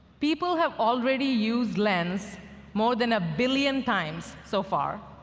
people have already used lens more than a billion times so far.